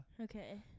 Okay